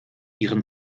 ihren